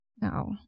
No